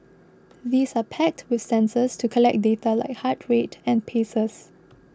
these are packed with sensors to collect data like heart rate and paces